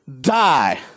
die